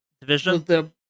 Division